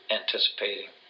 anticipating